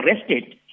arrested